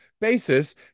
basis